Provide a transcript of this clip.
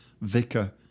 vicar